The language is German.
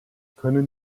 können